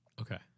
okay